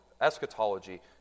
eschatology